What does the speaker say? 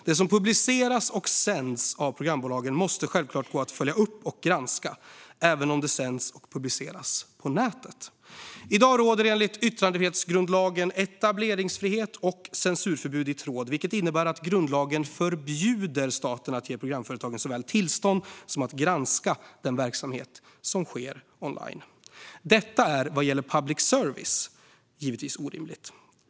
Det som publiceras och sänds av programbolagen måste självklart gå att följa upp och granska även om det sänds och publiceras på nätet. I dag råder det enligt yttrandefrihetsgrundlagen etableringsfrihet och censurförbud i tråd, vilket innebär att grundlagen förbjuder staten att ge programföretagen såväl tillstånd som att granska den verksamhet som sker online. Detta är, vad gäller public service, givetvis orimligt.